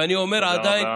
ואני אומר עדיין,